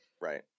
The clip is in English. Right